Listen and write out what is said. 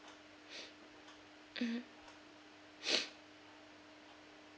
mmhmm